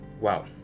Wow